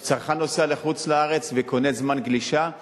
או צרכן נוסע לחוץ-לארץ וקונה זמן גלישה,